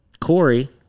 Corey